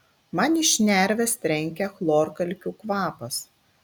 man į šnerves trenkia chlorkalkių kvapas